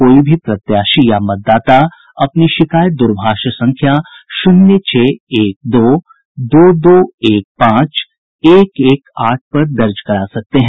कोई भी प्रत्याशी या मतदाता अपनी शिकायत दूरभाष संख्या शून्य छह एक दो दो दो एक पांच एक एक आठ पर दर्ज करा सकते हैं